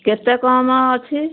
କେତେ କମ୍ ଅଛି